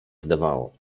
zdawało